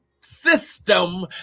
system